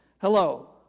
hello